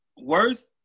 worst